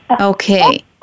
Okay